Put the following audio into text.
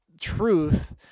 truth